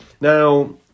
Now